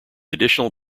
additional